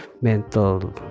mental